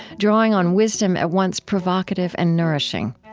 drawing on wisdom at once provocative and nourishing.